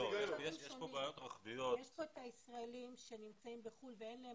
הם לא יבואו.